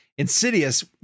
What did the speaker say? Insidious